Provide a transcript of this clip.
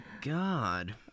god